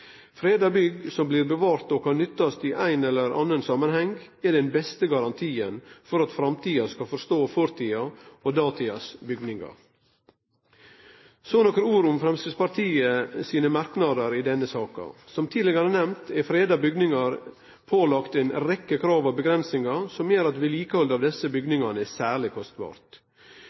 Freda bygg som blir bevarte og kan nyttast i ein eller annan samanheng, er den beste garantien for at framtida skal forstå fortida og datidas bygningar. Så nokre ord om Framstegspartiets merknader i denne saka. Som tidlegare nemnt er freda bygningar pålagde ei rekkje krav og avgrensingar som gjer at vedlikehald av desse bygningane er særleg